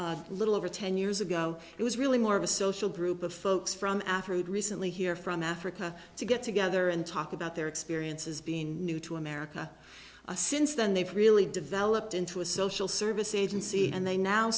a little over ten years ago it was really more of a social group of folks from africa recently here from africa to get together and talk about their experiences being new to america since then they've really developed into a social service agency and they now